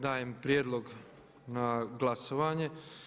Dajem prijedlog na glasovanje.